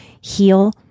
heal